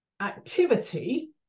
activity